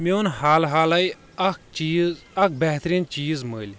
مےٚ اوٚن حال حالٕے اکھ چیٖز اکھ بہترین چیٖز مٔلۍ